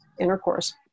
intercourse